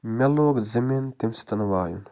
مےٚ لوگ زٔمیٖن تَمہِ سۭتۍ وایُن